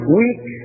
weak